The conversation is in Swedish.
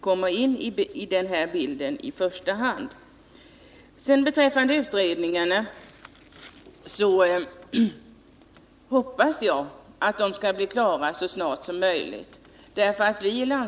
kommer in i den här bilden i första hand. Beträffande utredningarna hoppas jag att de skall bli klara så snart som möjligt.